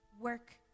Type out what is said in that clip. work